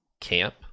camp